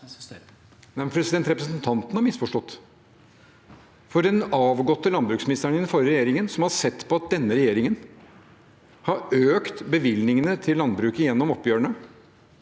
Nei, men representanten har misforstått. Den avgåtte landbruksministeren i den forrige regjeringen har sett på at denne regjeringen har økt bevilgningene til landbruket gjennom oppgjørene